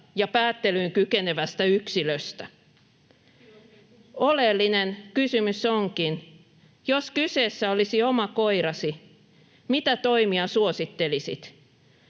ja päättelyyn kykenevästä yksilöstä. [Anne Kalmarin välihuuto] Oleellinen kysymys onkin: jos kyseessä olisi oma koirasi, mitä toimia suosittelisit